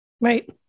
Right